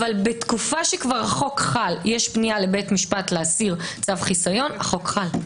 אך כשהחוק חל יש פנייה לבית משפט להסיר צו חיסיון החוק חל.